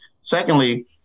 Secondly